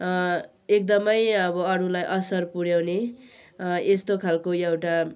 एकदमै अब अरूलाई असर पुऱ्याउने यस्तो खालको एउटा